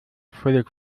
völlig